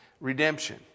redemption